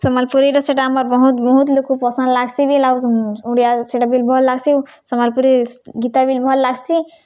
ସମ୍ବାଲ୍ପୁରୀର ସେଟା ଆମର ବହୁତ୍ ବହୁତ୍ ଲୋକ୍କୁ ପସନ୍ଦ୍ ଲାଗ୍ସି ବି ଆଉ ଓଡ଼ିଆ ସେଟା ବି ଭଲ୍ ଲାଗ୍ସି ସମ୍ବଲ୍ପୁରୀ ଗୀତ୍ ବି ଭଲ୍ ଲାଗ୍ସି